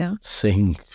sing